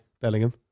Bellingham